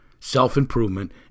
self-improvement